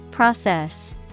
Process